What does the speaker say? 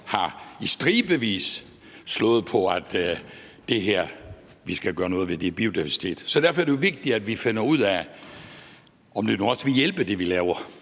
i stribevis har slået på, at vi skal gøre noget ved den biodiversitet. Så derfor er det jo vigtigt, at vi finder ud af, om det, vi laver, nu også vil hjælpe. Hr. Kasper